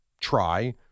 try